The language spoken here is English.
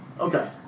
Okay